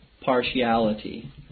partiality